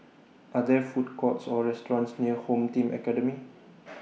Are There Food Courts Or restaurants near Home Team Academy